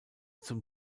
zum